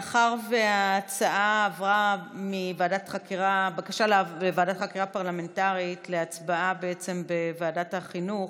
מאחר שההצעה עברה מבקשה לוועדת חקירה פרלמנטרית לדיון בוועדת החינוך,